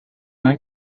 uns